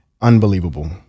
unbelievable